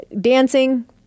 dancing